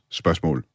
spørgsmål